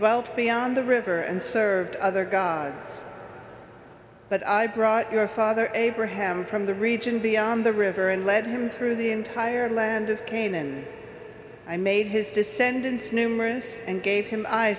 well beyond the river and served other god but i brought your father abraham from the region beyond the river and led him through the entire land of canaan i made his descendants numerous and gave him i